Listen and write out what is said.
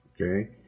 Okay